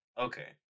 Okay